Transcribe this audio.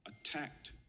attacked